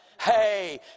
hey